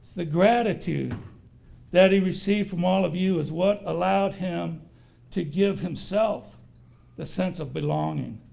the gratitude that he received from all of you is what allowed him to give himself the sense of belonging,